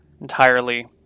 entirely